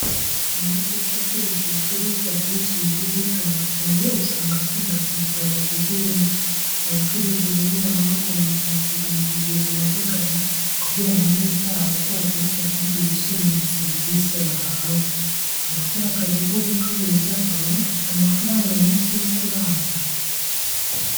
Amaduka acuruza ibicuruzwa byinshi bigiye bitandukanye usanga akunda kugira abaguzi benshi. Abacuruzi rero baba bagomba kwakirana urugwiro ababagana kugira ngo n'ubutaha bazagaruke kandi bishimire serivise bahawe. Abakora akazi ko gucuruza baba bafite amafaranga menshi yo kurangura.